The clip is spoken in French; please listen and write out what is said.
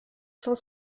cent